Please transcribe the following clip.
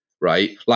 Right